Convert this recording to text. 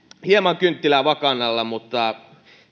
kynttilää vakan alla mutta